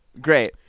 Great